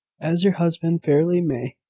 as your husband fairly may.